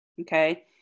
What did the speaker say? okay